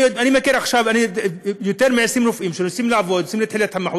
וכל מי שמממש אותה צריך להיות נישא על ידי כל חלקי העם,